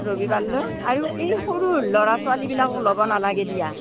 ৰবিবাৰলৈ আৰু এই সৰু ল'ৰা ছোৱালীবিলাকক ল'ব নালাগে দিয়া